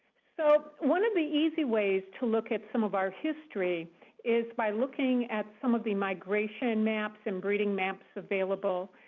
so one of the easy ways to look at some of our history is by looking at some of the migration maps and breeding maps available.